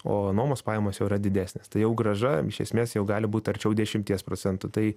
o nuomos pajamos jau yra didesnės tai jau grąžą iš esmės jau gali būti arčiau dešimties procentų tai